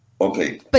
Okay